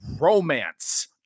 romance